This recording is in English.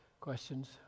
questions